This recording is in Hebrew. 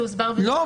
לא.